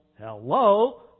Hello